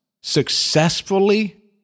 successfully